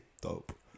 Dope